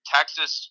Texas